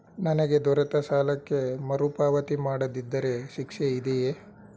ನನಗೆ ದೊರೆತ ಸಾಲಕ್ಕೆ ಮರುಪಾವತಿ ಮಾಡದಿದ್ದರೆ ಶಿಕ್ಷೆ ಇದೆಯೇ?